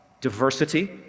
diversity